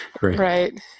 Right